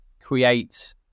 create